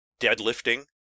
deadlifting